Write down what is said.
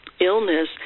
illness